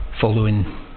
following